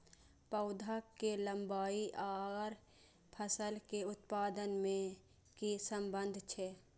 पौधा के लंबाई आर फसल के उत्पादन में कि सम्बन्ध छे?